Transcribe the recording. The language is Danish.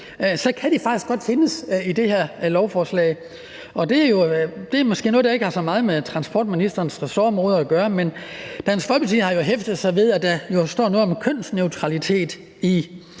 så kan de faktisk godt findes i det her lovforslag. Det er måske noget, der ikke har så meget med transportministerens ressortområde at gøre, men Dansk Folkeparti har jo hæftet sig ved, at der står noget om kønsneutralitet i